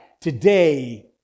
today